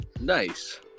Nice